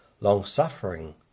long-suffering